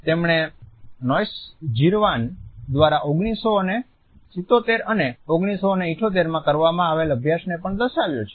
તેમણે નોઇસજીરવાન દ્વારા 1977 અને 1978 માં કરવામાં આવેલા અભ્યાસને પણ દર્શાવ્યો છે